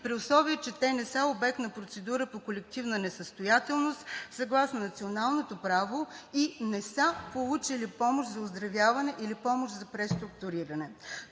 при условие че те не са обект на процедура по колективна несъстоятелност съгласно националното право и не са получили помощ за оздравяване или помощ за преструктуриране.